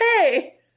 Hey